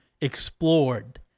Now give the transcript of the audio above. explored